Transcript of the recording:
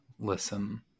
Listen